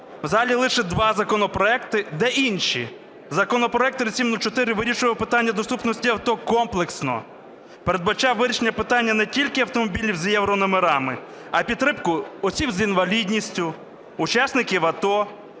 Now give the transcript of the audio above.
залі лише два законопроекти. Де інші? Законопроект 3704 вирішував питання доступності авто комплексно, передбачав вирішення питання не тільки автомобілів з єврономерами, а і підтримку осіб з інвалідністю, учасників АТО.